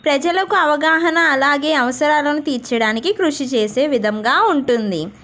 ప్రజలకు అవగాహన అలాగే అవసరాలను తీర్చడానికి కృషి చేసే విధంగా ఉంటుంది